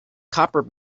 copper